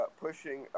pushing